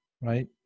right